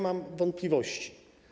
Mam wątpliwości.